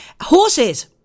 Horses